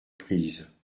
prises